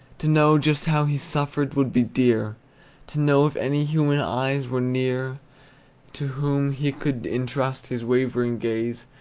to know just how he suffered would be dear to know if any human eyes were near to whom he could intrust his wavering gaze,